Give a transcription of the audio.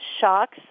shocks